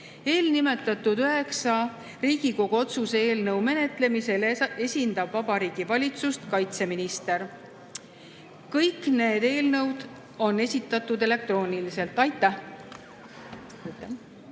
Eelnimetatud üheksa Riigikogu otsuse eelnõu menetlemisel esindab Vabariigi Valitsust kaitseminister. Kõik need eelnõud on esitatud elektrooniliselt. Aitäh!